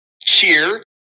cheer